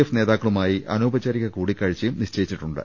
F നേതാ ക്കളുമായി അനൌപചാരിക കൂടിക്കാഴ്ചയും നിശ്ചയിച്ചിട്ടുണ്ട്